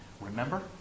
Remember